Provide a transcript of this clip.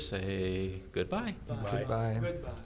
a good bye bye bye bye